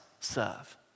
serve